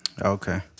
Okay